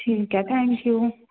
ठीक आहे थँक्यू